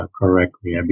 correctly